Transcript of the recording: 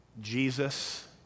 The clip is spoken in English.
Jesus